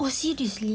oh seriously